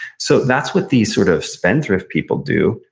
so that's what these sort of spend-thrift people do,